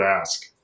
ask